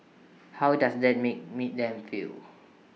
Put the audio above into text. how does that make me them feel